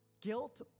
guilt